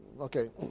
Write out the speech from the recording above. Okay